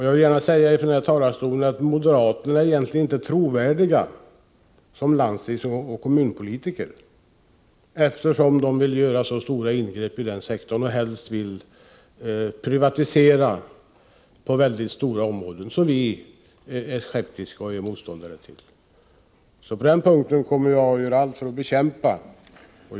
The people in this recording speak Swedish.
Jag vill gärna säga från denna talarstol att moderaterna inte är trovärdiga som landstingsoch kommunalpolitiker, eftersom de vill göra så stora ingrepp inom den kommunala sektorn och helst vill privatisera många stora områden, vilket vi är motståndare till. På den punkten kommer jag att göra allt för att bekämpa moderaterna.